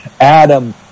Adam